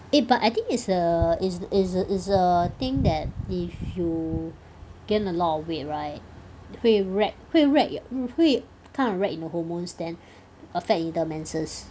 eh but I think it's a it's it's it's a thing that if you gain a lot of weight right 会 wreck 会 wreck 会 kind of wreck 你的 hormones then affect 你的 menses